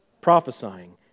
prophesying